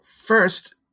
First